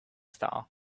star